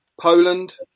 Poland